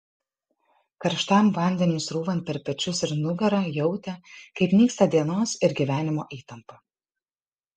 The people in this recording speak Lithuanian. karštam vandeniui srūvant per pečius ir nugarą jautė kaip nyksta dienos ir gyvenimo įtampa